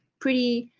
pretty